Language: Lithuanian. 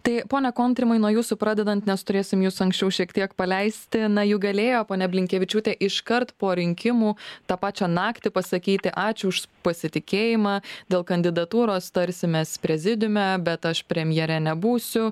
tai pone kontrimai nuo jūsų pradedant nes turėsim jus anksčiau šiek tiek paleisti na juk galėjo ponia blinkevičiūtė iškart po rinkimų tą pačią naktį pasakyti ačiū už pasitikėjimą dėl kandidatūros tarsimės prezidiume bet aš premjere nebūsiu